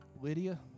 Lydia